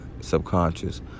subconscious